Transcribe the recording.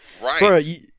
Right